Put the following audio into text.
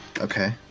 Okay